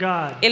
God